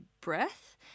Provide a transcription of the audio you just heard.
breath